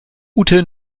ute